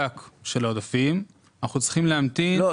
של העודפים אנחנו צריכים להמתין --- לא,